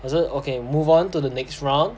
可是 okay move on to the next round